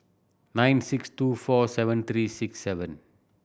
nine six two four seven three six seven